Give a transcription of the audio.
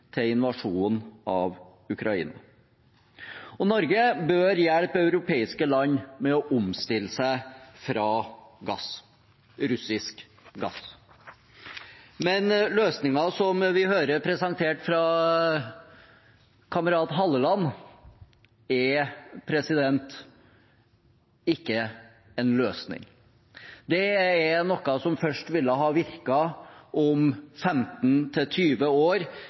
til invasjonen av Ukraina. Norge bør hjelpe europeiske land med å omstille seg fra gass, russisk gass, men løsningen som vi hørte ble presentert av kamerat Halleland, er ikke en løsning. Det er noe som først ville ha virket om